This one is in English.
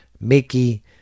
Mickey